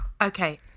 okay